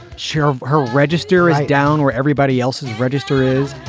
share her register as down where everybody else's register is.